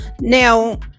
Now